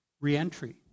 reentry